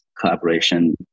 collaboration